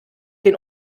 den